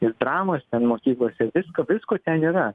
ir dramos mokyklose visko visko ten yra